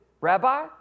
Rabbi